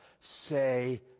say